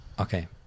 okay